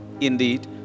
indeed